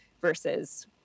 versus